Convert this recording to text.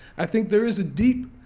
i think there is a deep